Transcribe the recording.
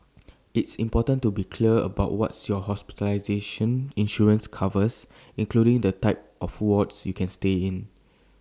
it's important to be clear about what your hospitalization insurance covers including the type of wards you can stay in